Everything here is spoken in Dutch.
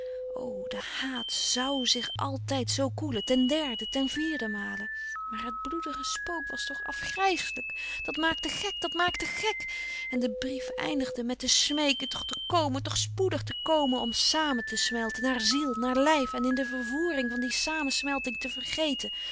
de haat zoû zich altijd zoo koelen ten derde ten vierde male maar het bloedige spook was toch afgrijslijk dat maakte gek dat maakte gek en de brief eindigde met te smeeken toch te komen toch spoedig te komen om samen te smelten naar ziel naar lijf en in de vervoering van die samensmelting te vergeten